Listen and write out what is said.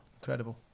incredible